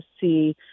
see